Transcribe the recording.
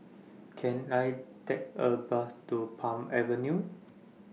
Can I Take A Bus to Palm Avenue